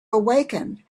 awaken